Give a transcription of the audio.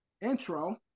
intro